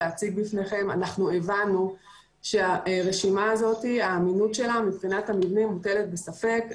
הבנו שאמינות הרשימה הזאת מבחינת המבנים מוטלת בספק.